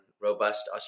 robust